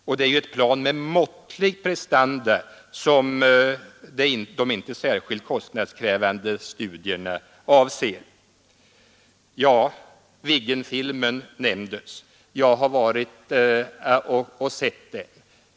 Och det är ju ett plan med måttliga prestanda som de inte särskilt kostnadskrävande studierna avser. Viggenfilmen nämndes. Jag har varit och sett den.